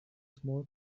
small